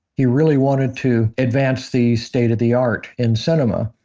he really wanted to advance the state of the art in cinema,